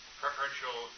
preferential